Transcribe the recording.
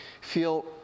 feel